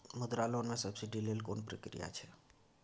मुद्रा लोन म सब्सिडी लेल कोन प्रक्रिया छै?